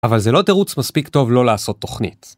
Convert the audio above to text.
אבל זה לא תירוץ מספיק טוב לא לעשות תוכנית.